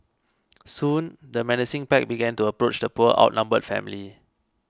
soon the menacing pack began to approach the poor outnumbered family